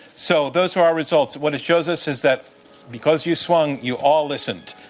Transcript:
so, those are our results. what it shows us is that because you swung, you all listened.